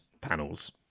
panels